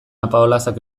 apaolazak